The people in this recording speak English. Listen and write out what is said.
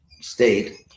state